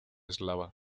eslava